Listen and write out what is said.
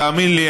תאמין לי,